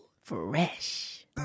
fresh